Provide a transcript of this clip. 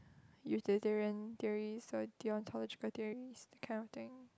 utilitarian theories or deontological theories that kind of thing